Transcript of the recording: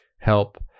help